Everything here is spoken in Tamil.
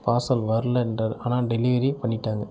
பார்சல் வர்லை என்றார் ஆனால் டெலிவரியே பண்ணி விட்டாங்க